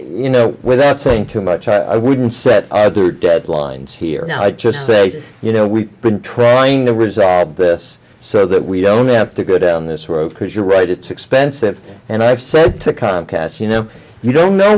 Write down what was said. you know without saying too much i wouldn't set deadlines here now i just say you know we've been trying to resolve this so that we don't have to go down this road because you're right it's expensive and i've said to contrast you know you don't know